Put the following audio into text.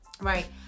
right